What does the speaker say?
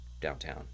downtown